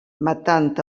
matant